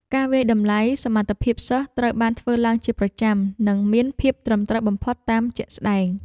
ការវាយតម្លៃសមត្ថភាពសិស្សត្រូវបានធ្វើឡើងជាប្រចាំនិងមានភាពត្រឹមត្រូវបំផុតតាមជាក់ស្តែង។